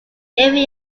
every